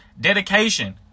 dedication